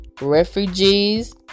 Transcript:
refugees